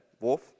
Wolf